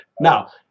now